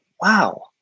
wow